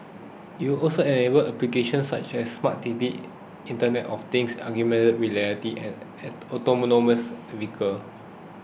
it will also enable applications such as smart cities Internet of Things augmented reality and autonomous vehicle